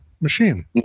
machine